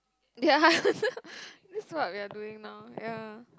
ya that is what we are doing now ya